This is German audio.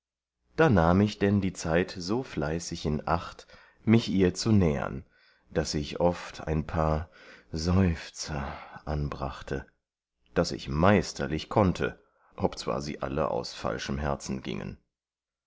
da nahm ich dann die zeit so fleißig in acht mich ihr zu nähern daß ich oft ein paar seufzer anbrachte das ich meisterlich konnte obzwar sie alle aus falschem herzen giengen